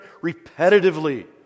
repetitively